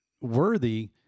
worthy